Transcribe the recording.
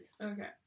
Okay